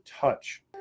touch